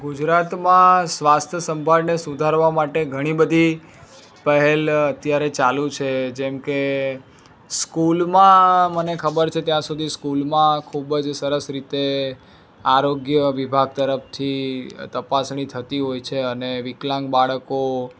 ગુજરાતમાં સ્વાસ્થ્ય સંભાળને સુધારવા માટે ઘણી બધી પહેલ અત્યારે ચાલું છે જેમકે સ્કૂલમાં મને ખબર છે ત્યાં સુધી સ્કૂલમાં ખૂબ જ સરસ રીતે આરોગ્ય વિભાગ તરફથી તપાસણી થતી હોય છે અને વિકલાંગ બાળકો